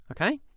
okay